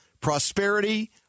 prosperity